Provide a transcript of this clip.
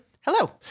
Hello